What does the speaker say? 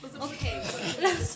Okay